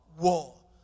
war